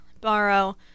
borrow